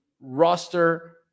roster